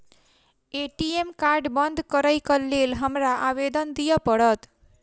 ATM card बंद करैक लेल हमरा आवेदन दिय पड़त?